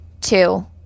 Two